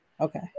okay